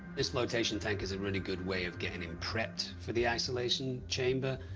this flotation tank is a really good way of getting him prepped for the isolation chamber,